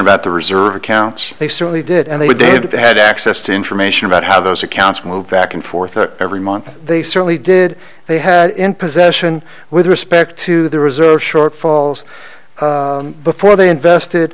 about the reserve accounts they certainly did and they did they had access to information about how those accounts moved back and forth every month they certainly did they had in possession with respect to the reserves shortfalls before they invested